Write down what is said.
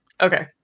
Okay